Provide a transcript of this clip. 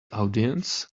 audience